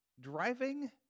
driving